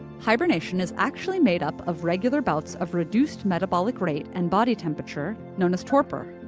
hibernation is actually made up of regular bouts of reduced metabolic rate and body temperature known as torpor.